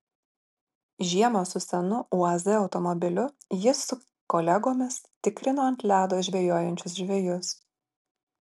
žiemą su senu uaz automobiliu jis su kolegomis tikrino ant ledo žvejojančius žvejus